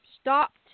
stopped